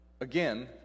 again